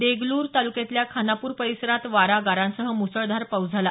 देगलूर तालुक्यातल्या खानापूर परिसरात वारा गारांसह मुसळधार पाऊस झाला